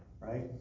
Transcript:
right